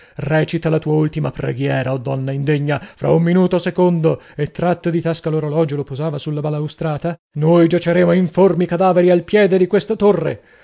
recita la tua ultima preghiera o donna indegna fra un minuto secondo e tratto di tasca l'orologio lo posava sulla balaustrata noi giaceremo informi cadaveri al piede di questa torre